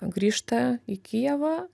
grįžta į kijevą